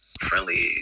friendly